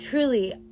Truly